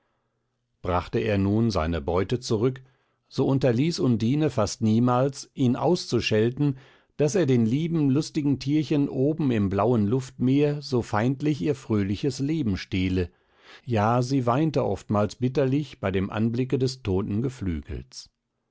brachte er nun seine beute zurück so unterließ undine fast niemals ihn auszuschelten daß er den lieben lustigen tierchen oben im blauen luftmeer so feindlich ihr fröhliches leben stehle ja sie weinte oftmals bitterlich bei dem anblicke des toten geflügels